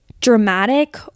dramatic